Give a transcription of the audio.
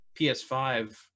PS5